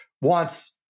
wants